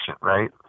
right